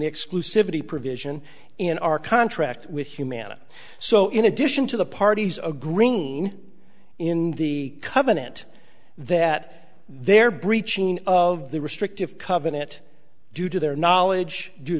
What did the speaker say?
exclusivity provision in our contract with humana so in addition to the parties a green in the covenant that they're breaching of the restrictive covenant due to their knowledge due